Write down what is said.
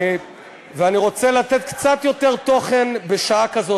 ואני רוצה לתת קצת יותר תוכן בשעה כזאת.